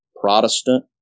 Protestant